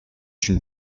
une